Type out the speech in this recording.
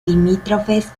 limítrofes